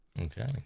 Okay